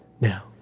now